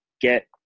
get